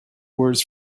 words